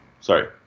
Sorry